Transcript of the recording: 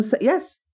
Yes